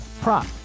prop